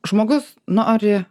žmogus nori